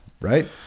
Right